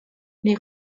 les